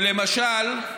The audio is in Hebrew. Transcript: למשל,